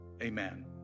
Amen